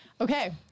Okay